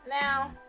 Now